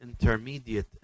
intermediate